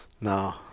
No